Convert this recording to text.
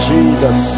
Jesus